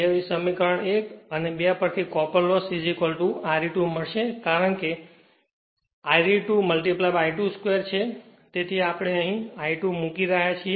હવે સમીકરણ 1 અને 2 થી કોપર લોસ Re2 મળશે કારણ કે Re2 I2 2 તેથી અહીં આપણે I2 મૂકી રહ્યા છીએ